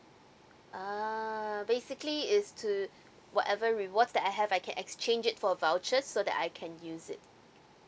uh basically is to whatever rewards that I have I can exchange it for a voucher so that I can use it